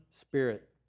spirit